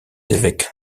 évêques